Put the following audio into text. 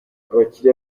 abakiliya